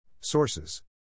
Sources